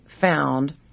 found